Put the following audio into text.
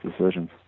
decisions